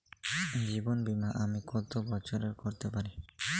জীবন বীমা আমি কতো বছরের করতে পারি?